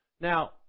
Now